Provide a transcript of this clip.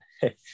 Hey